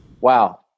Wow